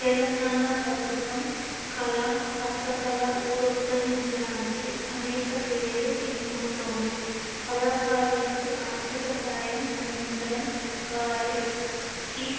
తెలంగాణ ప్రభుత్వం కళ హస్తకళ ప్రోత్సహించడానికి అనేక చర్యలు తీసుకుంటుంది కళాకారులకు ఆర్థిక సహాయం అందించడం వారికి